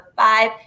five